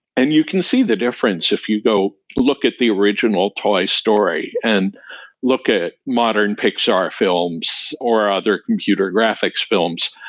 and you can see the difference if you go look at the original toy story and look at modern pixar films or other computer graphics films.